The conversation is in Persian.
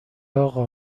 اقا